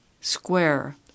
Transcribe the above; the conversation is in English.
Square